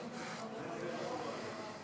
שגם נשלחה אל חבר הכנסת נחמן שי.